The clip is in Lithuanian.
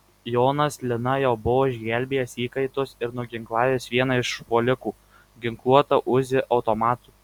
jonas lina jau buvo išgelbėjęs įkaitus ir nuginklavęs vieną iš užpuolikų ginkluotą uzi automatu